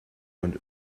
und